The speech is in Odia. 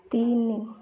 ତିନି